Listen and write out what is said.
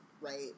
right